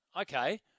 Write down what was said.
Okay